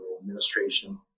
administration